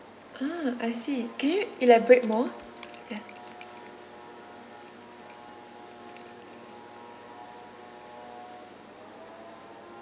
ah I see can you elaborate more ya